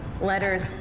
letters